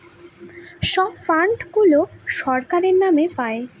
সব ফান্ড গুলো সরকারের নাম পাই